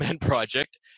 Project